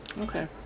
Okay